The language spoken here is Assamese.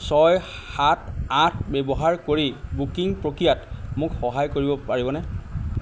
ছয় সাত আঠ ব্যৱহাৰ কৰি বুকিং প্ৰক্ৰিয়াত মোক সহায় কৰিব পাৰিবনে